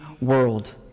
world